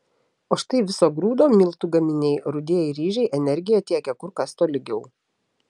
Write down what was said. o štai viso grūdo miltų gaminiai rudieji ryžiai energiją tiekia kur kas tolygiau